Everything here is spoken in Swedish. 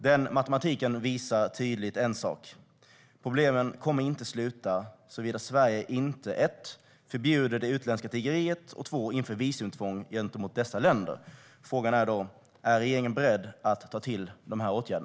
Den matematiken visar tydligt en sak: Problemen kommer inte att upphöra såvida Sverige inte 1) förbjuder det utländska tiggeriet och 2) inför visumtvång gentemot dessa länder. Frågan är: Är regeringen beredd att ta till dessa åtgärder?